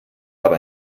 habe